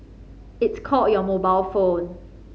it's called your mobile phone